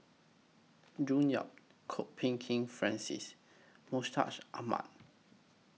June Yap Kwok Peng Kin Francis Mustaq Ahmad